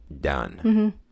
done